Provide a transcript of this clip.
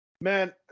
man